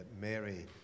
Mary